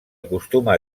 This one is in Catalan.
acostuma